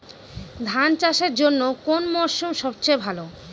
ধান চাষের জন্যে কোন মরশুম সবচেয়ে ভালো?